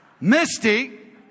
Misty